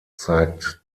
zeigt